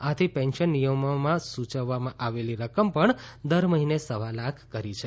આથી પેન્શન નિયમોમાં સૂચવવામાં આવેલી રકમ પણ દર મહિને સવા લાખ કરી છે